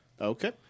Okay